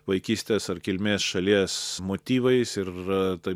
vaikystės ar kilmės šalies motyvais ir tai